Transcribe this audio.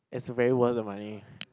it's very worth the money